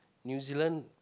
New Zealand